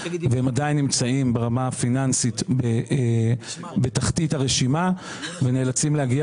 והם עדיין נמצאים ברמה הפיננסית בתחתית הרשימה ונאלצים להגיע